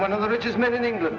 one of the richest men in england